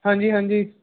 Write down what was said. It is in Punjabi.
ਹਾਂਜੀ ਹਾਂਜੀ